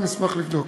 נשמח לבדוק.